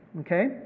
Okay